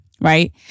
right